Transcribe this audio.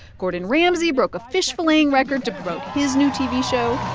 gordon ramsay broke a fish-filleting record to promote his new tv show